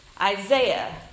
Isaiah